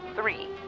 three